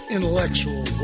intellectual